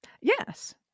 Yes